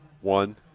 One